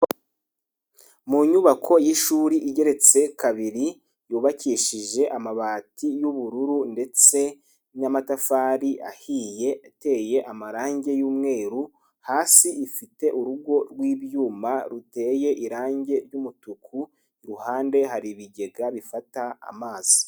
Mu nyubako y'ishuri igereretse kabiri yubakishije amabati y'ubururu ndetse n'amatafari ahiye ateye amarangi y'umweru. Hasi ifite urugo rw'ibyuma ruteye irangi ry'umutuku. Iruhande hari ibigega bifata amazi.